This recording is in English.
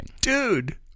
Dude